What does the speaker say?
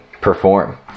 perform